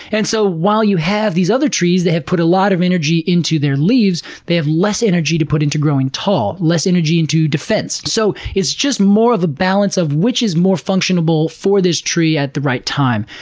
and so while you have these other trees that have put a lot of energy into their leaves, they have less energy to put into growing tall, less energy into defense. so it's just more of a balance of which is more functional for this tree at the right time.